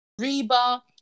reba